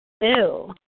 Ew